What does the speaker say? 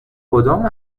کدام